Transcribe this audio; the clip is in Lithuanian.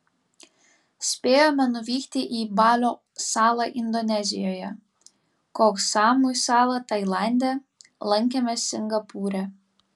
spėjome nuvykti į balio salą indonezijoje koh samui salą tailande lankėmės singapūre